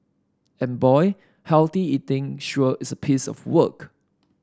and boy healthy eating sure is a piece of work